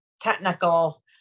technical